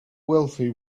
wealthy